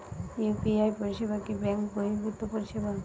UPI পরিসেবা কি bank বর্হিভুত পরিসেবা?